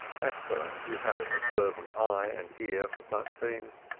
esther, who had an observant eye and ear for such things,